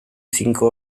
cinco